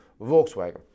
Volkswagen